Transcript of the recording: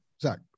Zach